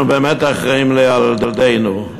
אנחנו באמת אחראים לילדינו.